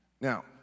Now